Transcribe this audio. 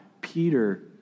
Peter